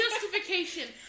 justification